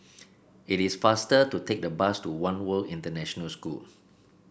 it is faster to take the bus to One World International School